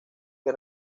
que